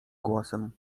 głosem